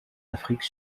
afrique